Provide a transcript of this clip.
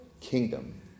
kingdom